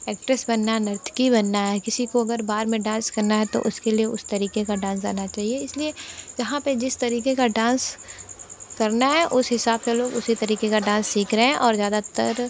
actress बनना नर्तकी बनना है किसी को अगर बार में डांस करना है तो उसके लिए उस तरीके का डांस आना चाहिए इसलिए जहाँ पर जिस तरीके का डांस करना है उस हिसाब से लोग उसी तरीके का डांस सीख रहे हैं और ज़्यादातर